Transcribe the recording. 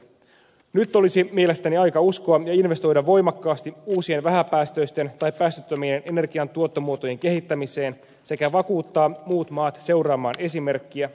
nyt olisi mielestäni aika uskoa ja investoida voimakkaasti uusien vähäpäästöisten tai päästöttömien energiantuottomuotojen kehittämiseen sekä vakuuttaa muut maat seuraamaan esimerkkiä